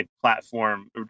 platform